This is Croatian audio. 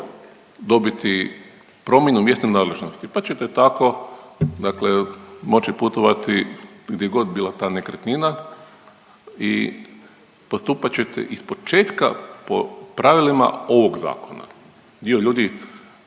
Dobiti promjenu mjesne nadležnosti, pa ćete tako dakle moći putovati gdje god bila ta nekretnina i postupak ćete ispočetka po pravilima ovog zakona. Dio ljudi